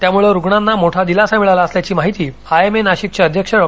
त्यामुळे रूग्णांना मोठा दिलासा मिळाला असल्याची माहिती आयएमए नाशिकचे अध्यक्ष डॉ